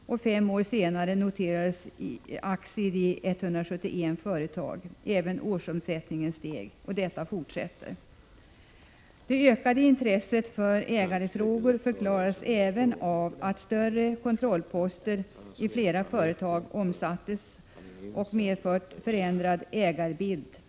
Fem år senare noterades aktier i 171 företag. Även årsomsättningen steg. Och detta fortsätter. Det ökade intresse för ägarfrågor förklaras även av att större kontrollpos ter i flera företag har omsatts och medfört förändrad ägarbild. För oss Prot.